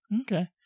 Okay